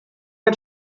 get